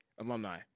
Alumni